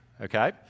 Okay